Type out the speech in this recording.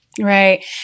Right